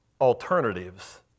alternatives